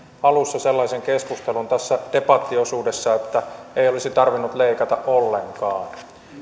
alussa sellaisen keskustelun tässä debattiosuudessa että ei olisi tarvinnut leikata ollenkaan